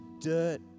dirt